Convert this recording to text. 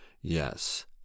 Yes